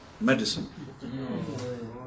medicine